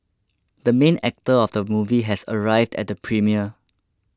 the main actor of the movie has arrived at the premiere